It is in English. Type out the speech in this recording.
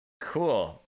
Cool